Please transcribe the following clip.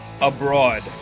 abroad